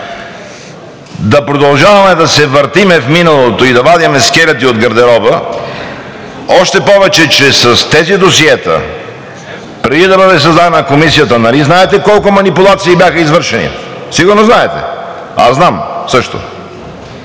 да продължаваме да се въртим в миналото и да вадим скелети от гардероба. Още повече, че с тези досиета, преди да бъде създадена Комисията, нали знаете колко манипулации бяха извършени? Сигурно знаете и аз знам също.